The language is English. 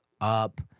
up